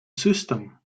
system